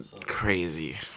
Crazy